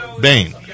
Bane